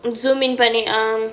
zoom in பண்ணி:panni ah